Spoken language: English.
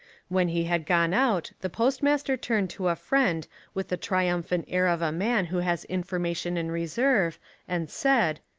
when he had gone out the postmaster turned to a friend with the triumphant air of a man who has informa tion in reserve and said,